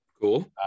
Cool